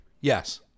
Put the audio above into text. Yes